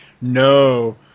No